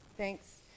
Thanks